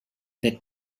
that